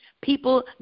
people